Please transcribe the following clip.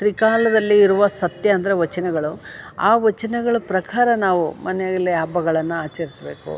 ತ್ರಿಕಾಲದಲ್ಲಿ ಇರುವ ಸತ್ಯ ಅಂದರೆ ವಚನಗಳು ಆ ವಚನಗಳ ಪ್ರಕಾರ ನಾವು ಮನೆಯಲ್ಲೇ ಹಬ್ಬಗಳನ್ನ ಆಚರಿಸಬೇಕು